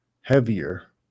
heavier